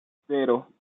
cero